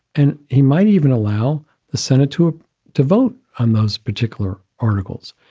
and he might even allow the senate to ah to vote on those particular articles.